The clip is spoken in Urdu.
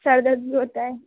سر درد بھی ہوتا ہے